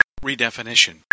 Redefinition